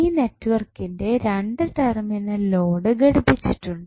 ഈ നെറ്റ്വർക്കിന്റെ 2 ടെർമിനലിൽ ലോഡ് ഘടിപ്പിച്ചിട്ടുണ്ട്